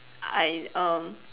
I err